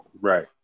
right